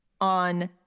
on